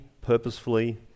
purposefully